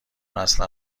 اصلا